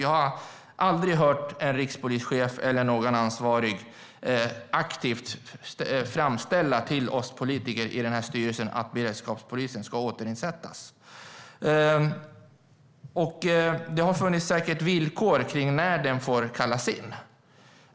Jag har aldrig hört en rikspolischef eller någon annan ansvarig aktivt framställa till oss politiker i styrelsen att beredskapspolisen ska återinsättas. Det har säkert funnits villkor för när den får kallas in.